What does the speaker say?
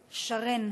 השכל.